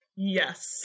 Yes